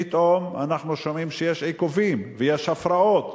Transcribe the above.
פתאום אנחנו שומעים שיש עיכובים ויש הפרעות,